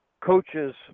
coaches